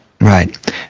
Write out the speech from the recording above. Right